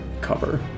cover